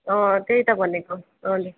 अँ त्यही त भनेको हजुर